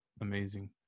amazing